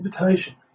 invitation